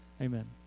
Amen